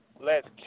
lets